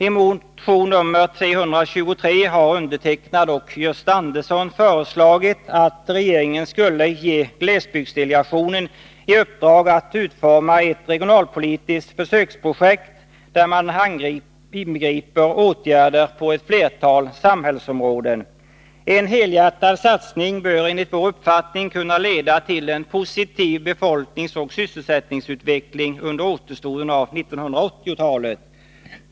I motion 323 föreslår jag och Gösta Andersson att regeringen ger glesbygdsdelegationen i uppdrag att utforma ett regionalpolitiskt försöksprojekt, som inbegriper åtgärder på ett flertal samhällsområden. En helhjärtad satsning bör enligt vår uppfattning kunna leda till en positiv befolkningsoch sysselsättningsutveckling under återstoden av 1980-talet.